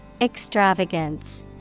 Extravagance